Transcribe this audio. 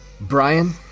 Brian